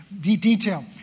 detail